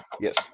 Yes